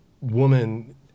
woman